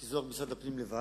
כי זה לא משרד הפנים לבד,